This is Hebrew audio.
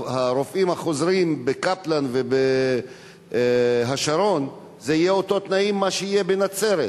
הרופאים החוזרים ב"קפלן" וב"השרון" יהיו אותם תנאים שיהיו בנצרת?